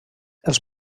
els